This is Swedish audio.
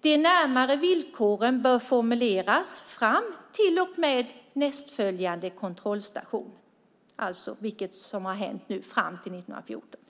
De närmare villkoren bör formuleras fram till och med nästföljande kontrollstation, alltså fram till 2014.